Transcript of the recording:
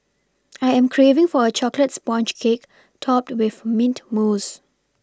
I am craving for a chocolate sponge cake topped with mint mousse